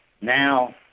Now